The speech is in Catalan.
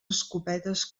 escopetes